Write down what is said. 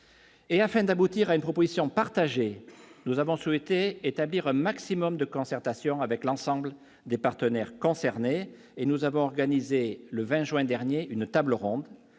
et afin d'aboutir à une proposition partagée, nous avons souhaité établir un maximum de concertation avec l'ensemble des partenaires concernés et nous avons organisé le 20 juin dernier une table ronde,